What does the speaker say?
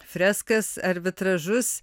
freskas ar vitražus